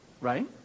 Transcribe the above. right